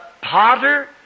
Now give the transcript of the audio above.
potter